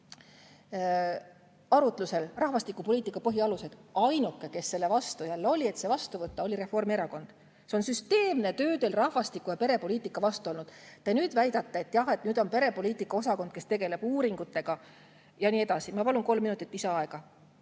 arutlusel rahvastikupoliitika põhialused. Ainuke, kes selle vastuvõtmise vastu jälle oli, oli Reformierakond. See on süsteemne töö teil rahvastiku- ja perepoliitika vastu olnud. Te väidate, et jah, nüüd on perepoliitika osakond, kes tegeleb uuringutega ja nii edasi. Ma palun kolm minutit lisaaega.